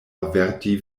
averti